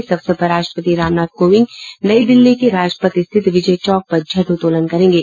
इस अवसर पर राष्ट्रपति रामनाथ कोविंद नई दिल्ली के राजपथ स्थित विजय चौक पर झण्डोत्तोलन करेंगे